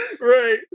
Right